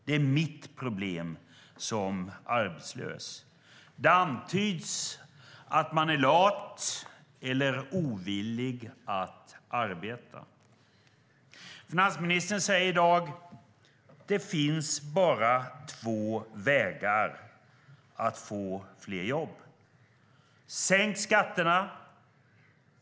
Det är mitt problem som arbetslös. Det antyds att man är lat eller ovillig att arbeta. Finansministern säger i dag att det bara finnas två vägar att få fler jobb. Den första är att sänka skatterna.